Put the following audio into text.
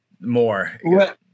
more